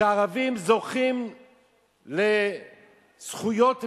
שערבים זוכים לזכויות מלאות,